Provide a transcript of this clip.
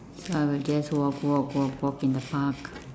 so I will just walk walk walk walk in the park